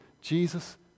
Jesus